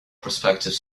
prospective